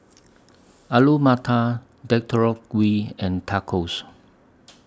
Alu Matar Gui and Tacos